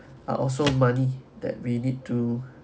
are also money that we need to